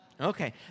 Okay